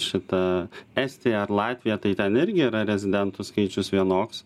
šita estija ar latvija tai ten irgi yra rezidentų skaičius vienoks